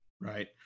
Right